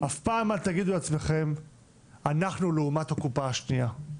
אף פעם אל תגידו לעצמכם 'אנחנו לעומת הקופה השניה'.